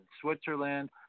Switzerland